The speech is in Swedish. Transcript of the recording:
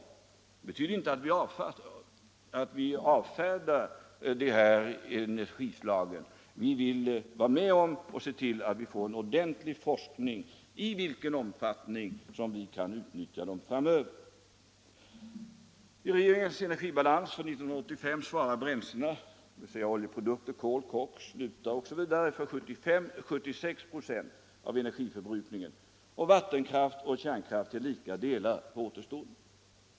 Det betyder inte att vi avfärdar dessa energislag. Vi vill vara med om och se till att vi får en ordentlig forskning om i vilken omfattning vi kan utnyttja dem framöver. I regeringens energibalans för 1985 svarar bränslena, dvs. oljeprodukter, kol, koks, lutar osv. för 75-76 96 av energiförbrukningen samt vattenkraft och kärnkraft till lika delar för återstoden.